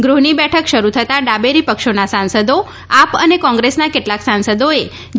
ગૃહની બેઠક શરૂ થતા ડાબેરી પક્ષોના સાંસદો આપ અને કોંગ્રેસના કેટલાંક સાંસદોએ જે